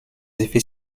effets